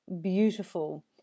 beautiful